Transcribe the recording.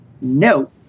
no